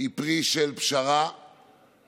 היא פרי של פשרה שנעשתה